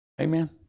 Amen